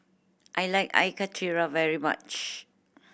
I like Air Karthira very much